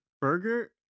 burger